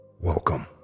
welcome